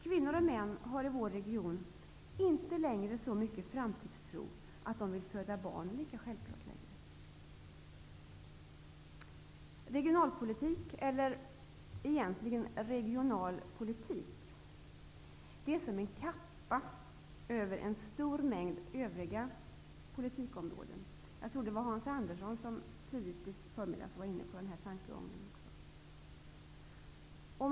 Kvinnor och män har i vår region inte längre så stor framtidstro att de numera vill skaffa barn i samma utsträckning som tidigare. Regionalpolitik eller egentligen regional politik är som en kappa över en stor mängd övriga politikområden. Jag tror att också Hans Andersson tidigt i förmiddags var inne på den tankegången.